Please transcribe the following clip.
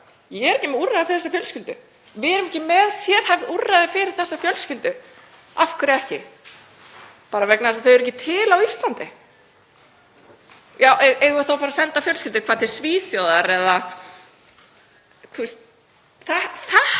Ég er ekki með úrræði fyrir þessa fjölskyldu. Við erum ekki með sérhæfð úrræði fyrir þessa fjölskyldu. Af hverju ekki? Bara vegna þess að þau eru ekki til á Íslandi. Eigum við þá að fara að senda fjölskyldur til Svíþjóðar eða? Þetta er það